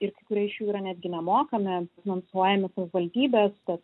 ir kai kurie iš jų yra netgi nemokami finansuojami savivaldybės tad